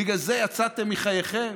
בגלל זה יצאתם מחייכם?